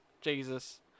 Jesus